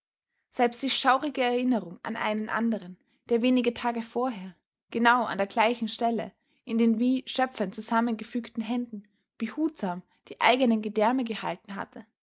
selbst die schaurige erinnerung an einen anderen der wenige tage vorher genau an der gleichen stelle in den wie schöpfend zusammengefügten händen behutsam die eigenen gedärme gehalten hatte